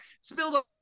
spilled